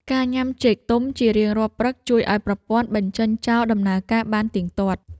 ការញ៉ាំចេកទុំជារៀងរាល់ព្រឹក ជួយឱ្យប្រព័ន្ធបញ្ចេញចោលដំណើរការបានទៀងទាត់។